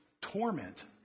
torment